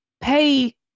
pay